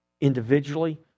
Individually